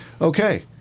Okay